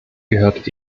gehört